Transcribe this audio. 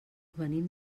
venim